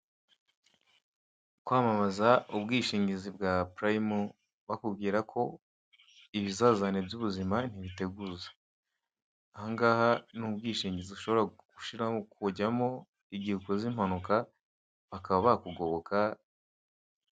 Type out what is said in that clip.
Kwamamaza ubwishingizi bwa purayimu bakubwira ko ibizazane by'ubuzima ntibiteguza aha ngaha ubwishingizi ushobora kujyamo igihe ukoze impanuka bakaba bakugoboka.